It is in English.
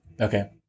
Okay